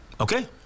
Okay